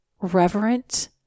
reverent